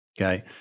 Okay